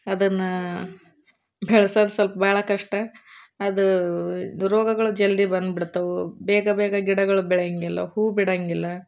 ಅದನ್ನು ಬೆಳ್ಸೋದು ಸ್ವಲ್ಪ ಭಾಳ ಕಷ್ಟ ಅದು ರೋಗಗಳು ಜಲ್ದಿ ಬಂದು ಬಿಡ್ತವೆ ಬೇಗ ಬೇಗ ಗಿಡಗಳು ಬೆಳೆಯೊಂಗಿಲ್ಲ ಹೂ ಬಿಡೊಂಗಿಲ್ಲ